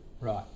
Right